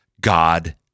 God